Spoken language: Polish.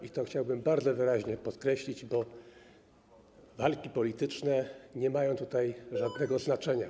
I to chciałbym bardzo wyraźnie podkreślić, bo walki polityczne nie ma mają tutaj żadnego znaczenia.